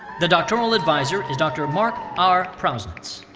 the doctoral advisor is dr. mark r. prausnitz.